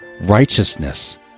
righteousness